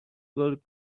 gold